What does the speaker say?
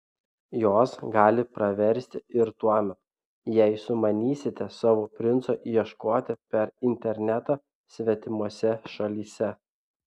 jos gali praversti ir tuomet jei sumanysite savo princo ieškoti per internetą svetimose šalyse